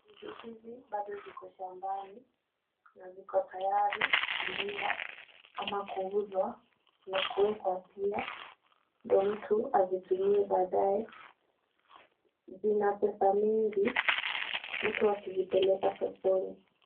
Ndizi hizi bado ziko shambani na ziko tayari kuliwa ama kuuzwa na kuwekwa pia, ndio mtu azitumie baadaye. Zina pesa mingi mtu akizipeleka sokoni.